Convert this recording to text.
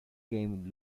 game